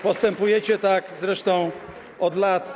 Postępujecie tak zresztą od lat.